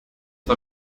war